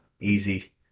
Easy